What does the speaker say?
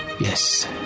Yes